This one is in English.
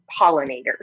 pollinators